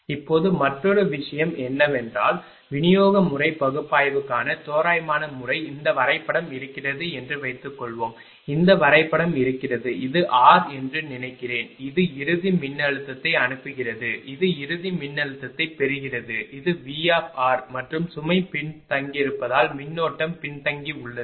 இப்போது மற்றொரு விஷயம் என்னவென்றால் விநியோக முறை பகுப்பாய்வுக்கான தோராயமான முறை இந்த வரைபடம் இருக்கிறது என்று வைத்துக்கொள்வோம் இந்த வரைபடம் இருக்கிறது இது r என்று நினைக்கிறேன் இது இறுதி மின்னழுத்தத்தை அனுப்புகிறது இது இறுதி மின்னழுத்தத்தைப் பெறுகிறது இது VR மற்றும் சுமை பின்தங்கியிருப்பதால் மின்னோட்டம் பின்தங்கியுள்ளது